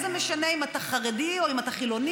זה לא משנה אם אתה חרדי או אם אתה חילוני